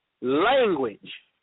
language